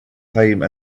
time